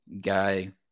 Guy